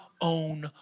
own